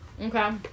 Okay